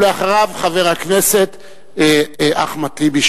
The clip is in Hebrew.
חבר הכנסת אחמד טיבי,